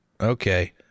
Okay